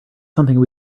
something